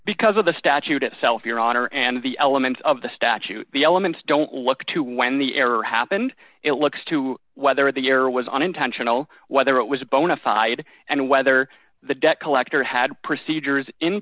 because of the statute itself your honor and the elements of the statute the elements don't look to when the error happened it looks to whether the error was unintentional whether it was a bona fide and whether the debt collector had procedures in